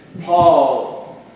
Paul